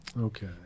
Okay